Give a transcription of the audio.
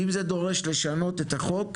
אם זה דורש לשנות את החוק,